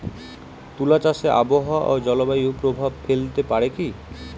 তুলা চাষে আবহাওয়া ও জলবায়ু প্রভাব ফেলতে পারে কি?